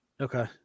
Okay